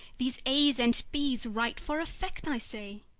these a's and b's write for effect, i say.